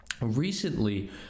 Recently